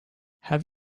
have